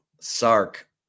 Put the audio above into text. sark